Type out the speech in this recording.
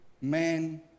man